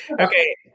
Okay